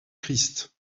christ